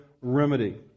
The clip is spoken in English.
remedy